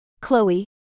Chloe